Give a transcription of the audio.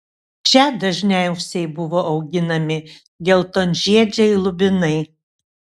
čia dažniausiai buvo auginami geltonžiedžiai lubinai